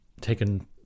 taken